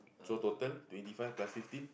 so total twenty five plus fifteen